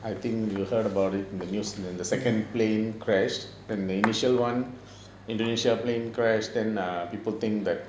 mm